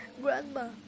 Grandma